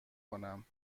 کنم